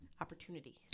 opportunity